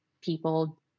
people